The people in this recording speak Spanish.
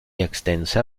extensa